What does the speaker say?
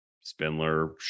Spindler